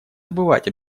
забывать